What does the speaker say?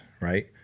right